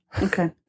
Okay